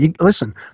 listen